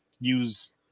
Use